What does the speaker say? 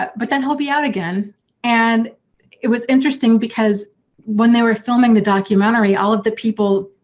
but then he'll be out again and it was interesting because when they were filming the documentary, all of the people,